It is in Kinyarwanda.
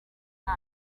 nta